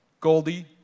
Goldie